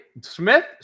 Smith